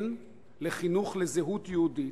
כן לחינוך לזהות יהודית,